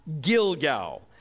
Gilgal